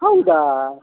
ಹೌದಾ